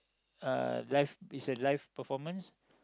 uh live it's a live performance